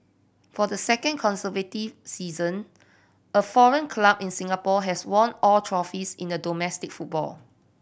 for the second consecutive season a foreign club in Singapore has won all trophies in domestic football